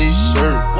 T-shirt